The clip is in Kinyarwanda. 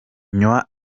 nywa